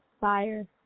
fire